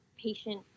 patient